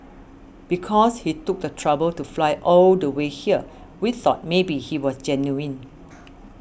because he took the trouble to fly all the way here we thought maybe he was genuine